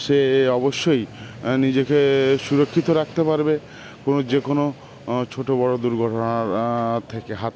সে অবশ্যই নিজেকে সুরক্ষিত রাখতে পারবে কোনও যে কোনও ছোট বড় দুর্ঘটনার থেকে হাত থেকে